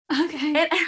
Okay